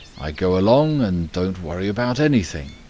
i go along and don't worry about anything.